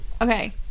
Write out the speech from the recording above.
Okay